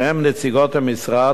שהן נציגות המשרד,